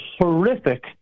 horrific